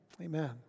Amen